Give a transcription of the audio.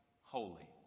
holy